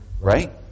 right